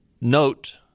Note